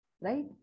right